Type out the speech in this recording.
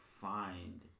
find